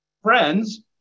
Friends